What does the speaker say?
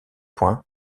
points